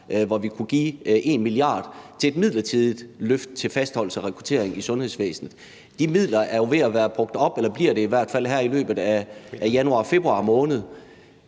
hvor vi kunne give 1 mia. kr. til et midlertidigt løft til fastholdelse og rekruttering i sundhedsvæsenet. De midler er jo ved at være brugt op, og det bliver de i hvert fald her i løbet af januar og februar måned.